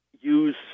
use